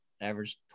average